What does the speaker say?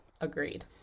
agreed